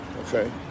Okay